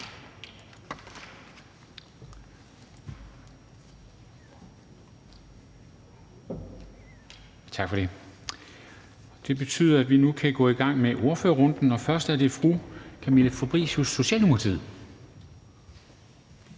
ministeren. Det betyder, at vi nu kan gå i gang med ordførerrunden, og først er det fru Camilla Fabricius, Socialdemokratiet.